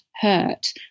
hurt